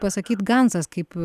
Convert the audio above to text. pasakyt gancas kaip